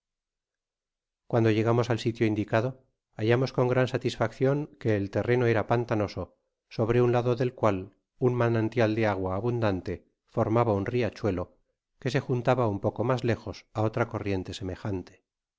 cuando llegamos al sitio indicado hallamos con gran üisfaccion que el terreno era pantanoso sobre un lado r ú v aal un manantial de agua abundante formaba un ri idiuelo que se juntaba nn poco mas lejos á otra corrient semejante